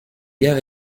gare